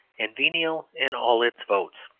and venal in all its votes.